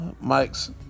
Mike's